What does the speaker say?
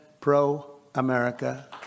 pro-America